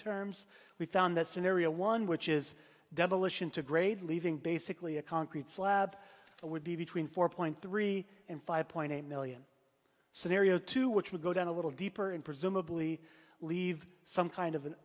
terms we found that scenario one which is demolition to grade leaving basically a concrete slab that would be between four point three and five point eight million scenario two which would go down a little deeper and presumably leave some kind of a